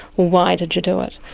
why did you do it.